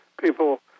people